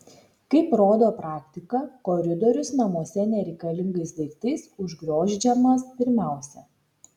kaip rodo praktika koridorius namuose nereikalingais daiktais užgriozdžiamas pirmiausia